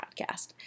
podcast